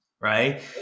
Right